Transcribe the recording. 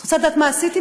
את יודעת מה עשיתי?